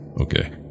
Okay